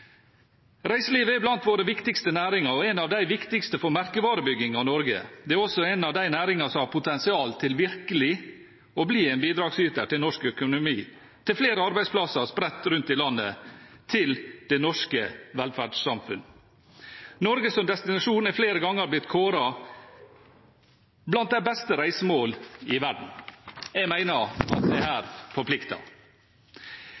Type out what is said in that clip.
Reiselivet er blant vår viktigste næringer og en av de viktigste for merkevarebygging av Norge. Det er også en av de næringer som har potensial til virkelig å bli en bidragsyter til norsk økonomi, til flere arbeidsplasser spredt rundt i landet og til det norske velferdssamfunn. Norge som destinasjon er flere ganger blitt kåret blant de beste reisemål i verden. Jeg mener at dette forplikter. I Venstre mener vi at det